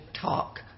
talk